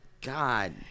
God